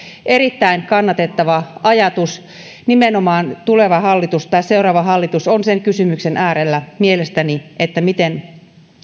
erittäin kannatettava ajatus nimenomaan tuleva hallitus tai seuraava hallitus on sen kysymyksen äärellä mielestäni miten